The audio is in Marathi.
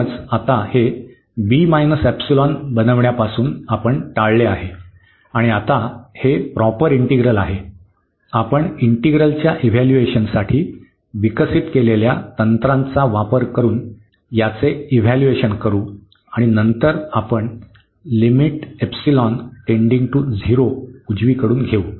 म्हणूनच आता हे बनविण्यापासून आपण टाळले आहे आणि आता हे प्रॉपर इंटिग्रल आहे आपण इंटीग्रलच्या इव्हॅल्यूएशनासाठी विकसित केलेल्या तंत्रांचा वापर करून याचे इव्हॅल्यूएशन करू आणि नंतर आपण लिमिट एपसिलॉन टेंडिंग टु 0 उजवीकडून घेऊ